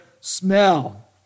smell